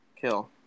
Kill